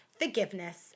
forgiveness